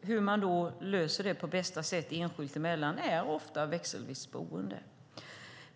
vi utgå från att man ofta löser det på bästa sätt genom växelvis boende.